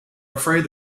afraid